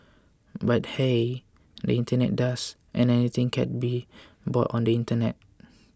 but hey the internet does and anything can be bought on the internet